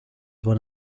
one